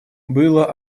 было